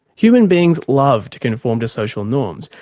human beings love to conform to social norms,